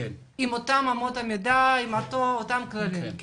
עם אותן אמות מידה ועם אותם כללים.